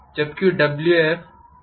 जबकि Wf x2पर ORQ है